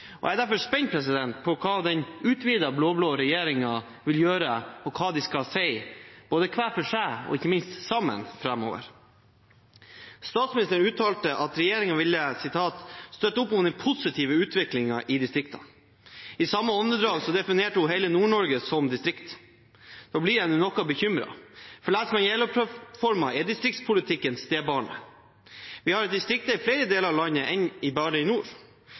og jeg er derfor spent på hva den utvidede blå-blå regjeringen vil gjøre, og hva de framover skal si – både hver for seg og ikke minst sammen. Statsministeren uttalte at regjeringen ville «støtte opp om den positive utviklingen i distriktene». I samme åndedrag definerte hun hele Nord-Norge som distrikt. Da blir en jo noe bekymret, for leser en Jeløya-plattformen, er distriktspolitikken stebarnet. Vi har distrikter i flere deler av landet enn bare i nord,